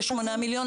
כשמונה מיליון,